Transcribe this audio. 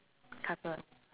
castle